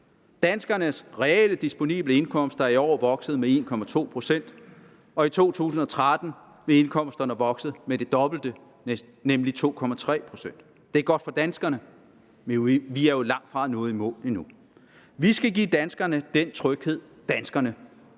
Danskernes reale disponible indkomst er i år vokset med 1,2 pct., og i 2013 vil indkomsterne vokse med det dobbelte, nemlig 2,3 pct. Det er godt for danskerne. Vi er jo langtfra nået i mål endnu. Vil skal give danskerne den tryghed, danskerne